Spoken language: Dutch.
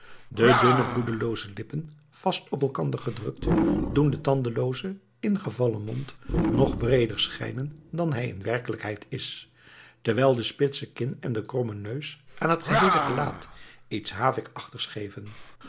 de dunne bloedelooze lippen vast op elkander gedrukt doen den tandeloozen ingevallen mond nog breeder schijnen dan hij in werkelijkheid is terwijl de spitse kin en de kromme neus aan het geheele gelaat iets